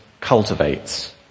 cultivates